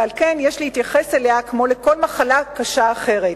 ולכן יש להתייחס אליה כמו אל כל מחלה קשה אחרת.